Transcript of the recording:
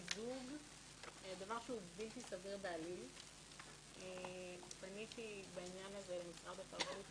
מוזיאונים, כל מופעי התרבות האחרים פחות